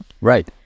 right